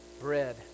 bread